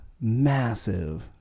massive